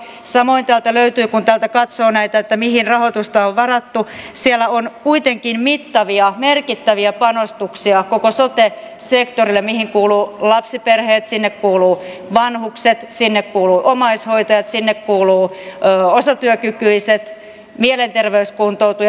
samoin kun katsoo mihin rahoitusta on varattu siellä on kuitenkin mittavia merkittäviä panostuksia koko sote sektorille ja sinne kuuluvat lapsiperheet sinne kuuluvat vanhukset sinne kuuluvat omaishoitajat sinne kuuluvat osatyökykyiset mielenterveyskuntoutujat